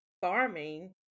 farming